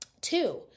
Two